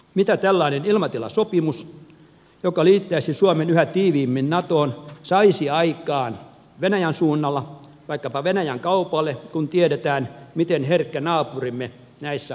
mitä tällainen ilmatilasopimus joka liittäisi suomen yhä tiiviimmin natoon saisi aikaan venäjän suunnalla vaikkapa venäjän kaupalle kun tiedetään miten herkkä naapurimme näissä asioissa on